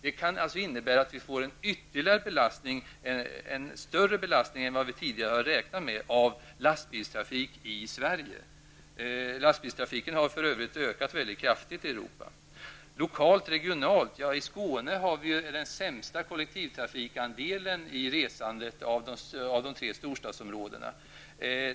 Det kan alltså innebära att vi får en ytterligare belastning, en större belastning, än vad vi tidigare har räknat med när det gäller lastbilstrafiken i Sverige. Lastbilstrafiken har för övrigt ökat mycket kraftigt i Europa. Lokalt och regionalt i Skåne har vi den sämsta kollektivtrafikandelen i resandet av de tre storstadsområdena.